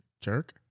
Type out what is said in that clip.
Jerk